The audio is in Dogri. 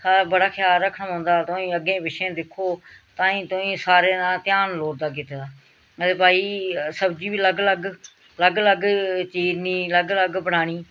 सारा बड़ा ख्याल रक्खना पौंदा तुआईं अग्गें पिच्छें दिक्खो ताईं तुआईं सारें दा ध्यान लोड़दा कीते दा आ ते भाई सब्ज़ी बी अलग अलग अलग अलग चीरनी अलग अलग बनानी